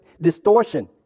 distortion